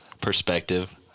perspective